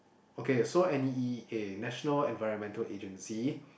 okay so N_E_A National-Environment-Agency